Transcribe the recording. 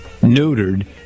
neutered